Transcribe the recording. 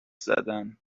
زدن